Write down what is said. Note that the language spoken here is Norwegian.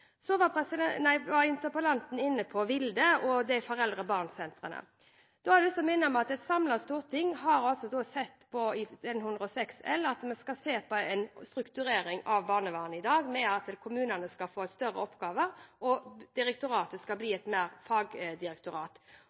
Så var interpellanten inne på Vilde – barne- og familiesentrene. Da har jeg lyst til å minne om at et samlet storting har sett på Prop. 106 L. Vi skal se på en strukturering av barnevernet i dag med at kommunene skal få større oppgaver, direktoratet skal mer bli et fagdirektorat,